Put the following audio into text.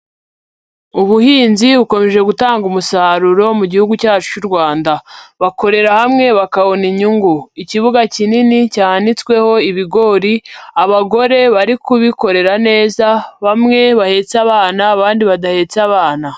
Ubuhinzi bukomeje gutanga umusaruro mu gihugu cyacu cy'u Rwanda. Bakorera hamwe bakabona inyungu. Ikibuga kinini cyanitsweho ibigori, abagore bari kubikorera neza, bamwe bahetse abana, abandi badahetse abana.